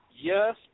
Yes